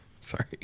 Sorry